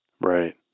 Right